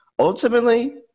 Ultimately